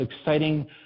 exciting